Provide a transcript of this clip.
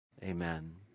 Amen